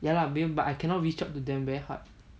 ya lah but I cannot reach out to them very hard